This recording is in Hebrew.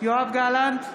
יואב גלנט,